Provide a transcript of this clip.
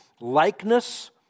likeness